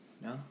No